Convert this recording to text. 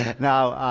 now,